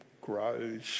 grows